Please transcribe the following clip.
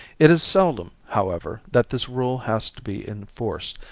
it is seldom, however, that this rule has to be enforced,